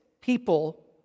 people